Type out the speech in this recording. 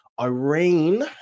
Irene